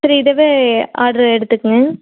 சரி இதுவே ஆட்ரு எடுத்துக்குகோங்க